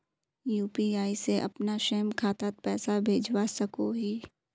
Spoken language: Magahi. यु.पी.आई से अपना स्वयं खातात पैसा भेजवा सकोहो ही?